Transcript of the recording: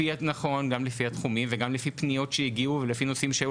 נכון גם לפי התחומים וגם לפי פניות שהגיעו וגם לפי נושאים שהועלו